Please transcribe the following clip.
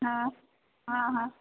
हँ हँ हँ